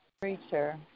preacher